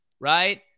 Right